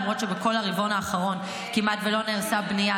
למרות שבכל הרבעון האחרון כמעט לא נהרסה בנייה,